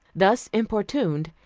thus importuned,